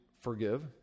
forgive